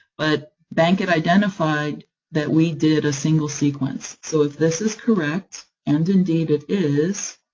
but bankit identified that we did a single sequence. so if this is correct, and indeed it is,